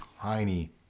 tiny